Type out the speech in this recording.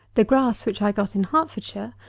the grass which i got in hertfordshire,